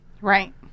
Right